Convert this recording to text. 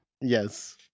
Yes